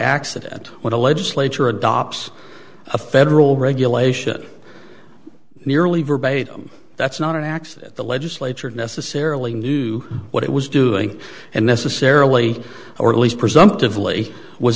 accident when a legislature adopts a federal regulation nearly verbatim that's not an accident the legislature necessarily knew what it was doing and necessarily or at least presumptively was